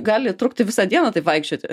gali trukti visą dieną taip vaikščioti